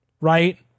Right